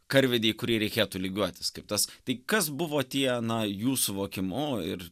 karvedį į kurį reikėtų lygiuotis kaip tas tai kas buvo tie na jų suvokimu ir